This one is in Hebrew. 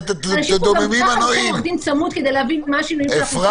אנשים פה גם ככה לוקחים עורך דין צמוד כדי להבין מה שינינו --- אפרת,